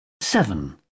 Seven